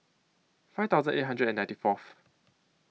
five thousand eight hundred and ninety Fourth